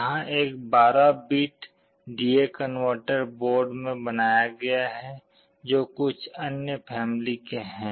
यहाँ एक 12 bit D A converter board में बनाया गया है जो कुछ अन्य फैमिली के हैं